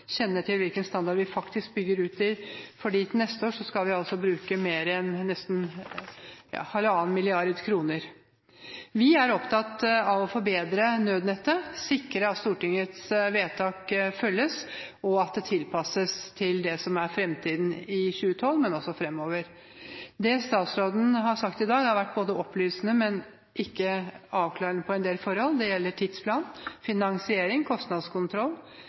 til hvilken standard vi faktisk bygger ut til, fordi neste år skal vi altså bruke mer enn nesten 1,5 mrd. kr. Vi er opptatt av å forbedre nødnettet, sikre at Stortingets vedtak følges, og at det tilpasses ikke bare til det som er fremtiden i 2012, men også fremover. Det statsråden har sagt i dag, har vært opplysende, men på en del forhold ikke avklarende. Det gjelder tidsplan, finansiering, kostnadskontroll,